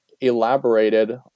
elaborated